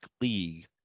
league